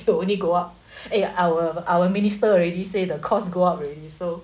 it only go up eh our our minister already say the costs go up already so